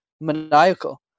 maniacal